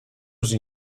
sie